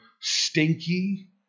stinky